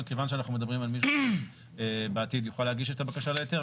כיוון שאנחנו מדברים על מישהו שבעתיד יוכל להגיש את הבקשה להיתר,